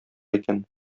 икән